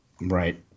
right